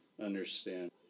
understand